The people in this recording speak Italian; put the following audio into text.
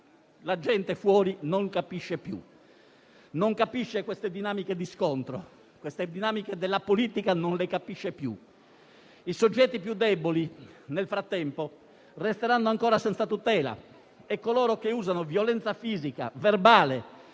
la gente fuori non capisce più; queste dinamiche di scontro, queste dinamiche della politica non le capisce più. Nel frattempo, i soggetti più deboli resteranno ancora senza tutela e coloro che usano violenza fisica e verbale